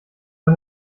man